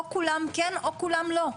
או כולם כן או כולם לא.